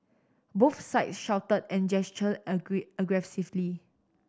both sides shouted and gestured aggressively